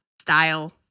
style